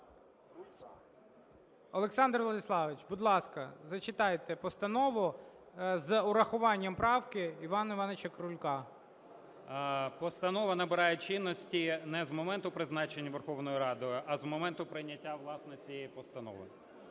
Олександр Владиславович, будь ласка, зачитайте постанову з урахуванням правки Івана Івановича Крулька. 16:38:12 ТКАЧЕНКО О.В. Постанова набирає чинності не з моменту призначення Верховною Радою, а з моменту прийняття, власне, цієї постанови.